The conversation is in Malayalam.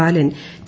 ബാലൻ ടി